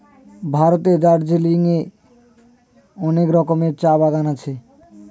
ভারতের দার্জিলিং এ অনেক রকমের চা বাগান আছে